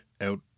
Out